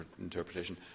interpretation